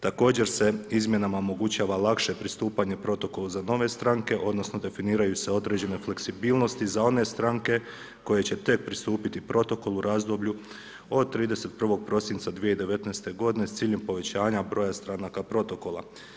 Također se izmjenama omogućava lakše postupanja protokol za nove stranke, odnosno, definiraju se određene fleksibilnosti, za one stranke koje će tek pristupiti protokolu, razdoblju od 31.12.2019. g. s ciljem povećanja broja stranaka protokola.